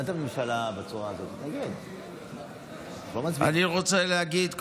אני רוצה להגיד,